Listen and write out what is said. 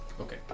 Okay